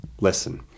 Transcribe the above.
Listen